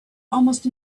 almost